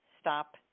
stop